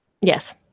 Yes